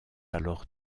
alors